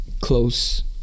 close –